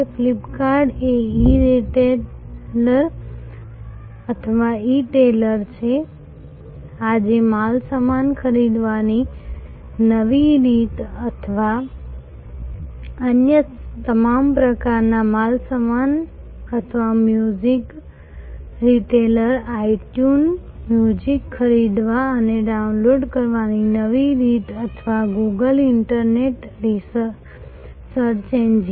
flip cart એ e retailer અથવા e tailer છે આજે માલસામાન ખરીદવાની નવી રીત અથવા અન્ય તમામ પ્રકારના માલસામાન અથવા મ્યુઝિક રિટેલર આઇટ્યુન મ્યુઝિક ખરીદવા અને ડાઉનલોડ કરવાની નવી રીત અથવા ગૂગલ ઇન્ટરનેટ સર્ચ એન્જિન